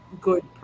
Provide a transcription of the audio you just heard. good